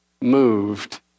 moved